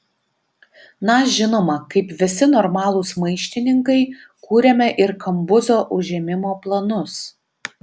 na žinoma kaip visi normalūs maištininkai kūrėme ir kambuzo užėmimo planus